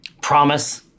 Promise